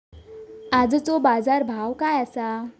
आजचो बाजार भाव काय आसा?